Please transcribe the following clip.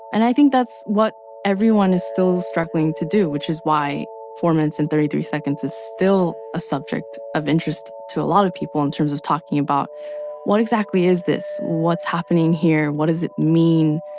and i think that's what everyone is still struggling to do, which is why four minutes and thirty-three seconds is still a subject of interest to a lot of people in terms of talking about what exactly is this, what's happening here, what does it mean?